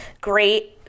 great